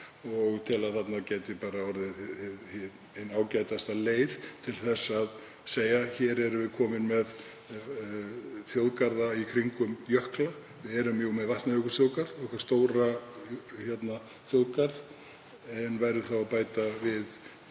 Ég tel að þarna gæti verið hin ágætasta leið til að segja: Hér erum við komin með þjóðgarða í kringum jökla, við erum jú með Vatnajökulsþjóðgarð, okkar stóra þjóðgarð, og værum þá að bæta við